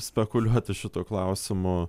spekuliuoti šituo klausimu